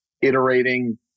iterating